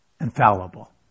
infallible